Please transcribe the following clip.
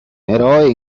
eroe